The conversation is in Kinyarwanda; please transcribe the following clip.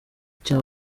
cya